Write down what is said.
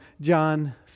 John